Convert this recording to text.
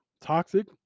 toxic